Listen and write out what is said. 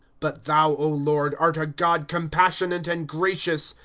but thou, lord, art a god compassionate and gracious,